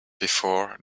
before